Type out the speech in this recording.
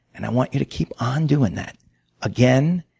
and i want you to keep on doing that again,